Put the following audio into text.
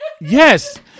Yes